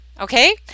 okay